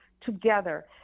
together